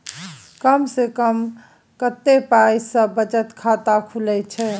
कम से कम कत्ते पाई सं बचत खाता खुले छै?